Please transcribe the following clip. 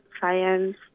Science